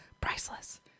priceless